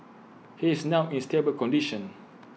he is now in stable condition